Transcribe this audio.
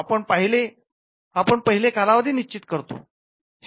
आपण पहिले कालावधी निश्चित करतो